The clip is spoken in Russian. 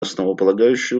основополагающее